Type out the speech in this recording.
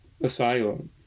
asylum